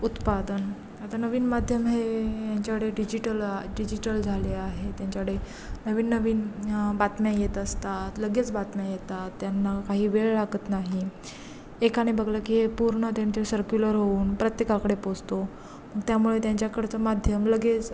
उत्पादन आता नवीन माध्यम हे यांच्याकडे डिजिटल डिजिटल झाले आहे त्यांच्याकडे नवीन नवीन न्य बातम्या येत असतात लगेच बातम्या येतात त्यांना काही वेळ लागत नाही एकाने बघलं की हे पूर्ण त्यांचे सर्क्युलर होऊन प्रत्येकाकडे पोचतो त्यामुळे त्यांच्याकडचं माध्यम लगेच